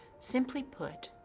simply put,